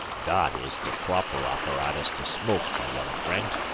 dot is der broper apparatus to smoke, my young friendt,